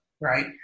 Right